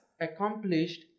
accomplished